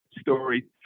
story